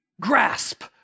grasp